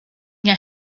jahr